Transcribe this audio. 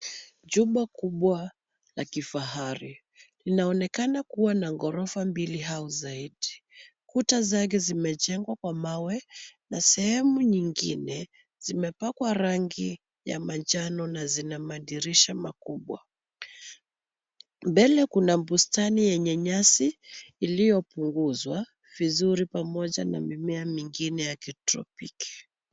Jumba kubwa la kifahari. Linaonekana kuwa na ghorofa mbili au zaidi. Kuta zake zimejengwa kwa mawe na sehemu nyingine zimepakwa rangi ya manjano na zina madirisha makubwa. Mbele kuna bustani yenye nyasi iliyopunguzwa vizuri pamoja na mimea mingine ya kitropiki.